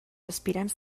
aspirants